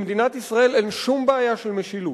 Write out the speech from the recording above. במדינת ישראל אין שום בעיה של משילות.